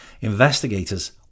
investigators